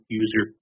user